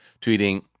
tweeting